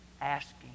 asking